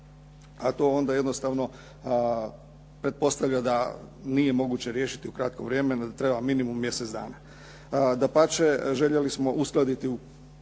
a to onda jednostavno pretpostavlja da nije moguće riješiti u kratkom vremenu, da treba minimum mjesec dana. Dapače, željeli smo uskladiti u